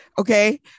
Okay